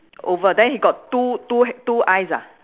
over then he got two two two eyes ah